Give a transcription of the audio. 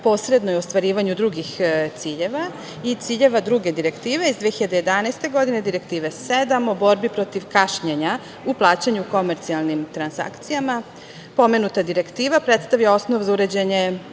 posredno je ostvarivanju drugih ciljeva i ciljeva druge direktive iz 2011. godine, Direktive 7 o borbi protiv kašnjenja u plaćanju u komercijalnim transakcijama. Pomenuta direktiva predstavlja osnov za uređenje